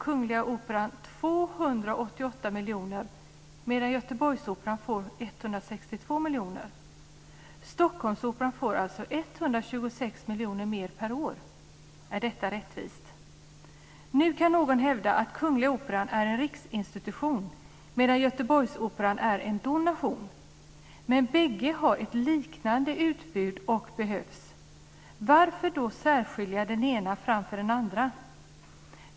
Kungliga Operan får 288 miljoner medan Göteborgsoperan får 162 miljoner. Stockholmsoperan får alltså 126 miljoner mer per år. Är detta rättvist? Nu kan någon hävda att Kungliga Operan är en riksinstitution medan Göteborgsoperan är en donation. Men båda har ett liknande utbud och behövs. Varför då särskilja den ena från den andra?